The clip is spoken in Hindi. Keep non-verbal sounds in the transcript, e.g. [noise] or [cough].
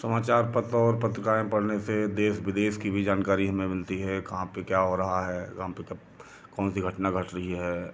समाचार पत्र और पत्रिकाएं पढ़ने से देश विदेश की भी जानकारी हमें मिलती है कहाँ पे क्या हो रहा है [unintelligible] कौन सी घटना घट रही है